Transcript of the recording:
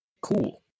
Cool